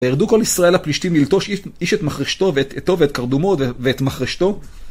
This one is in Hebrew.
הרדו כל ישראל הפלישתים ללטוש איש את מכרשתו, ואת איתו, ואת כרדומו, ואת מכרשתו.